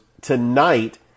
tonight